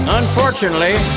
unfortunately